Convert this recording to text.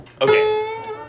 Okay